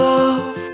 Love